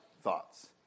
thoughts